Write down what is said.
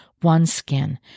OneSkin